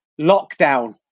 lockdown